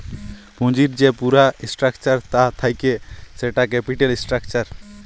পুঁজির যে পুরা স্ট্রাকচার তা থাক্যে সেটা ক্যাপিটাল স্ট্রাকচার